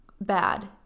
bad